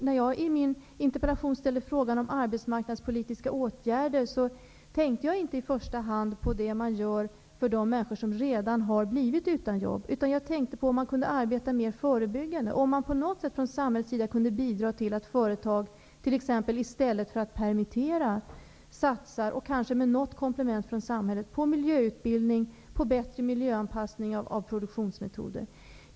När jag i min interpellation ställde frågan om arbetsmarknadspolitiska åtgärder tänkte jag inte i första hand på det samhället gör för de människor som redan har blivit utan jobb, utan jag tänkte på att arbeta mer förebyggande, om samhället på något sätt kunde bidra till att företag, i stället för att permittera, satsade på miljöutbildning och bättre miljöanpassning av produktionsmetoder, kanske med något komplement från samhället.